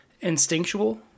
instinctual